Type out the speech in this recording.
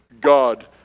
God